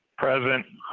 president